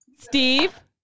Steve